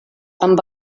amb